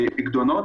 פיקדונות,